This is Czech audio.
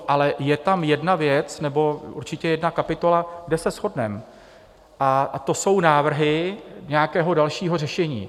Ale je tam jedna věc nebo určitě jedna kapitola, kde se shodneme a to jsou návrhy nějakého dalšího řešení.